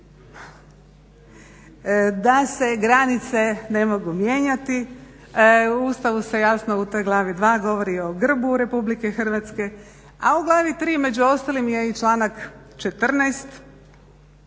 da se granice ne mogu mijenjati. U Ustavu se jasno u toj glavi II. govori i o grbu Republike Hrvatske, a u glavi III. među ostalim je i članak 14.